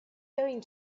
going